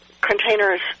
containers